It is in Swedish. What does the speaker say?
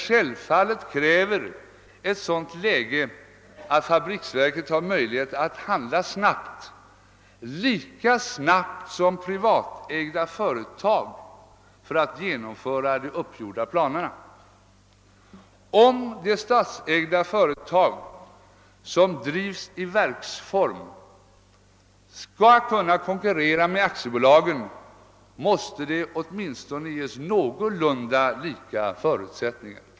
Självfallet kräver dock ett sådant läge att fabriksverken har möjlighet att handla snabbt, lika snabbt som privatägda företag, för att genomföra de uppgjorda planerna. Om de statsägda företag som drivs i verksform skall kunna konkurrera med aktiebolagen, måste de ges åtminstone någorlunda lika förutsättningar.